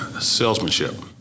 salesmanship